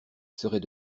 serait